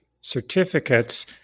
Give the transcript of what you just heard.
certificates